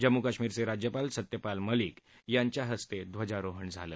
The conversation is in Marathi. जम्मू कश्मीरचे राज्यपाल सत्यपाल मलिक यांच्या हस्ते ध्वजारोहण झालं